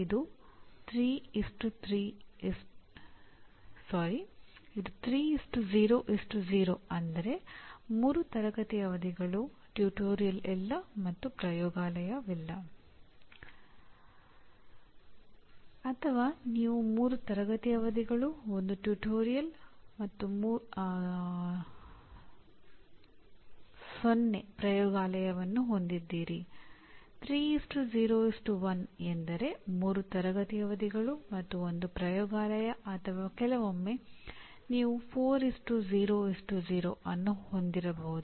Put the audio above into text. ಈ ಘಟಕದ ಕೊನೆಯಲ್ಲಿ ಕಲಿಯುವವರು ಕೊಟ್ಟಿರುವ ಹೇಳಿಕೆಯ ಪರಿಣಾಮದ ಮಟ್ಟವನ್ನು ಗುರುತಿಸಲು ಸಾಧ್ಯವಾಗುತ್ತದೆ ಮತ್ತು ಅದರ ಸೂಕ್ತತೆ ಮತ್ತು ಅಳತೆಯ ಕ್ಷಮತೆಯ ಬಗ್ಗೆ ಹೇಳಬಹುದು